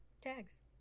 tags